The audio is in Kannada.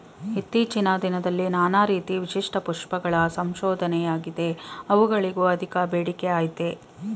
ಇತ್ತೀಚಿನ ದಿನದಲ್ಲಿ ನಾನಾ ರೀತಿ ವಿಶಿಷ್ಟ ಪುಷ್ಪಗಳ ಸಂಶೋಧನೆಯಾಗಿದೆ ಅವುಗಳಿಗೂ ಅಧಿಕ ಬೇಡಿಕೆಅಯ್ತೆ